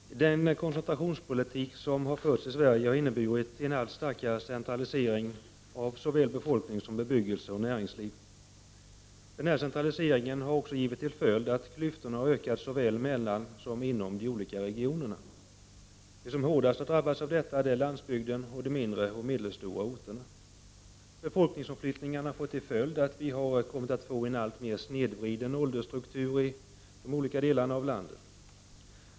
Fru talman! Den koncentrationspolitik som har förts i Sverige har inneburit en allt starkare centralisering av såväl befolkning som bebyggelse och näringsliv. Denna centralisering har givit till följd att klyftorna har ökat såväl mellan som inom de olika regionerna. De som hårdast har drabbats är landsbygden och de mindre och medelstora orterna. Befolkningsomflyttningen har fått till följd att vi har kommit att få en alltmer snedvriden ålderstruktur i olika delar av landet.